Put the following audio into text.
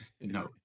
No